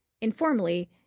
informally